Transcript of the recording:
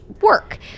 work